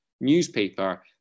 newspaper